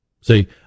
See